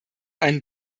einen